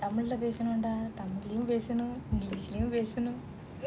தமிழ்பேசணும்டாதமிழையும்பேசணும்இங்கிலீஷ்லயும்பேசணும்:tamil pesanumda tamilayum pesanum englishlayum pesanum